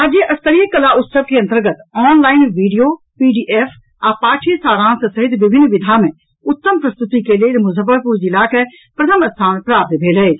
राज्य स्तरीय कला उत्सव के अंतर्गत ऑनलाइन वीडियो पीडीएफ आ पाठ्य सारांश सहित विभिन्न विधा मे उत्तम प्रस्तुति के लेल मुजफ्फरपुर जिला के प्रथम स्थान प्राप्त भेल अछि